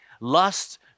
Lust